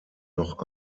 noch